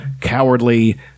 cowardly